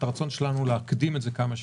את הרצון שלנו להקדים את זה כמה שיותר,